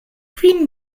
vin